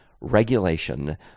regulation